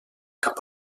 cap